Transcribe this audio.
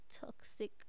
toxic